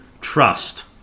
trust